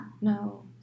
No